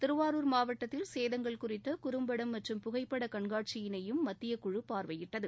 திருவாரூர் மாவட்டத்தில் சேதங்கள் குறித்த குறம்படம் மற்றும் புகைப்பட கண்காட்சியினையும் மத்தியக்குழு பார்வையிட்டது